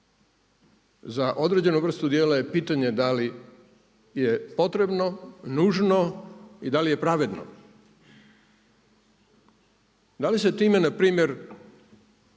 za određenu vrstu djela je pitanje da li je potrebno, nužno i da li je pravedno. Da li se time npr.